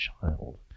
child